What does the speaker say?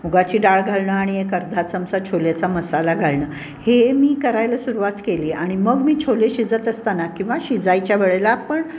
मुगाची डाळ घालणं आणि एक अर्धा चमचा छोल्याचा मसाला घालणं हे मी करायला सुरुवात केली आणि मग मी छोले शिजत असताना किंवा शिजायच्या वेळेला पण